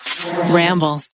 Ramble